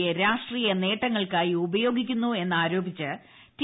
യെ രാഷ്ട്രീയ നേട്ടങ്ങൾക്കായി ്ഉപയോഗിക്കുന്നു എന്ന് ആരോപിച്ച് ടി